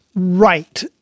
Right